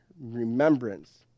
remembrance